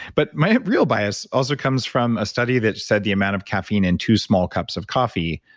but my real bias also comes from a study that said the amount of caffeine in two small cups of coffee,